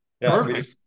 Perfect